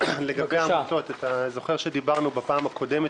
לגבי העמותות אתה זוכר שדיברנו בפעם הקודמת